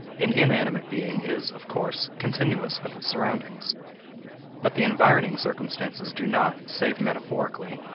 an inanimate being is, of course, continuous with its surroundings but the environing circumstances do not, save metaphorically,